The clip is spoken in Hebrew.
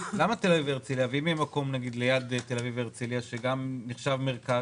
ואם יהיה מקום ליד תל-אביב והרצליה שגם נחשב מרכז?